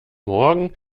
morgen